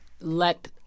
let